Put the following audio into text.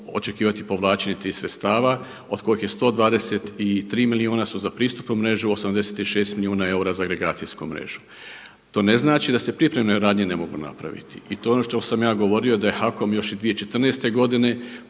očekivati povlačenje tih sredstava od kojih je 123 milijuna su za pristupnu mrežu, 86 milijuna eura za agregacijsku mrežu. To ne znači da se pripremne radnje ne mogu napraviti i to je ono što sam ja govorio da je HAKOM još i 2014. godine